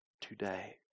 Today